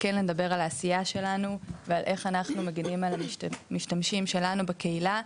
כן לדבר על העשייה שלנו ועל איך אנחנו מגנים על המשתמשים שלנו בקהילה,